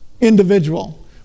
individual